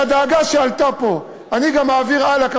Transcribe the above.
את הדאגה שעלתה פה אני גם אעביר הלאה,